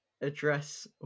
address